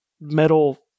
metal